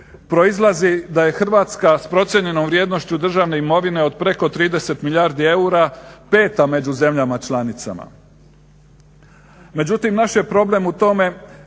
proizlazi da je Hrvatska s procijenjenom vrijednošću državne imovine od preko 30 milijardi eura peta među zemljama članicama. Međutim, naš je problem u tome